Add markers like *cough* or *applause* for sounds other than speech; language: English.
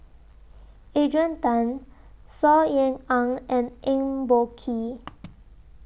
Adrian Tan Saw Ean Ang and Eng Boh Kee *noise*